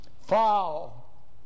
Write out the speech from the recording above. Foul